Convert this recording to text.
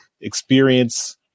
experience